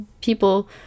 People